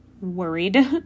worried